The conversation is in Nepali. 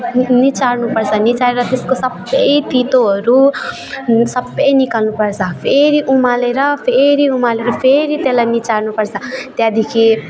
नि निचार्नुपर्छ निचारेर त्यसको सबै तितोहरू सबै निकाल्नुपर्छ फेरि उमालेर फेरि उमालेर फेरि त्यसलाई निचार्नुपर्छ त्यहाँदेखि